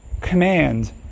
command